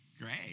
Great